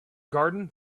garden